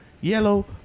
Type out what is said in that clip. yellow